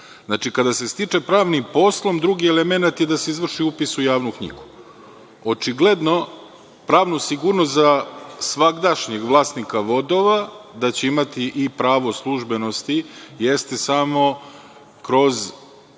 Znači, kada se stiče pravnim poslom, drugi elemenat je da se izvrši upis u javnu knjigu. Očigledno pravnu sigurnost za svagdašnjeg vlasnika vodova, da će imati i pravo službenosti, jeste samo kroz